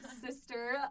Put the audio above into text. sister